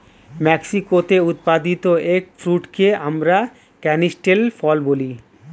মেক্সিকোতে উৎপাদিত এগ ফ্রুটকে আমরা ক্যানিস্টেল ফল বলি